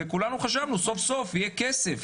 וכולנו חשבנו שסוף סוף יהיה כסף,